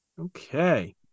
Okay